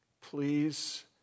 please